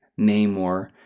namor